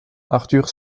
arthur